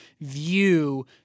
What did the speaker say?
view